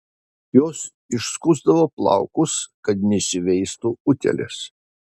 jos išskusdavo plaukus kad neįsiveistų utėlės